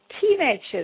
teenagers